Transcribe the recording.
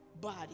body